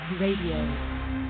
Radio